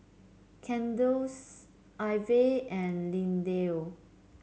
Cadence Ivey and Lindell